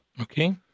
Okay